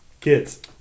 Kids